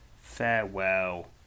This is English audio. farewell